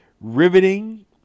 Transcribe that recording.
riveting